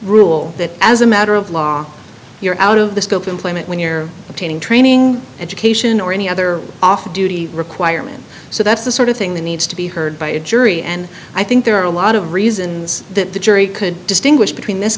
rule that as a matter of law you're out of the scope employment when you're obtaining training education or any other off duty requirement so that's the sort of thing that needs to be heard by a jury and i think there are a lot of reasons that the jury could distinguish between this